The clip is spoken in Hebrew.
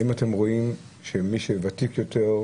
האם אתם רואים שמי שוותיק יותר,